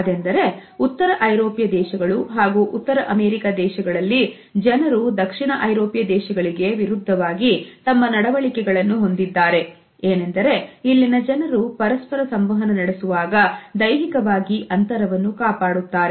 ಅದೆಂದರೆ ಉತ್ತರ ಐರೋಪ್ಯ ದೇಶಗಳು ಹಾಗೂ ಉತ್ತರ ಅಮೇರಿಕ ದೇಶಗಳಲ್ಲಿ ಜನರು ದಕ್ಷಿಣ ಐರೋಪ್ಯ ದೇಶಗಳಿಗೆ ವಿರುದ್ಧವಾಗಿ ತಮ್ಮ ನಡವಳಿಕೆಯನ್ನು ಹೊಂದಿದ್ದಾರೆ ಏನೆಂದರೆ ಇಲ್ಲಿನ ಜನರು ಪರಸ್ಪರ ಸಂವಹನ ನಡೆಸುವಾಗ ದೈಹಿಕವಾಗಿ ಅಂತರವನ್ನು ಕಾಪಾಡುತ್ತಾರೆ